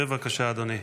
בבקשה, אדוני.